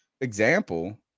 example